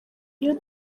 iyo